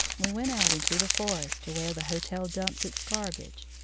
we went out into the forest, to where the hotel dumps its garbage.